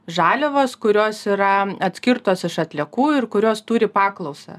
žaliavos kurios yra atskirtos iš atliekų ir kurios turi paklausą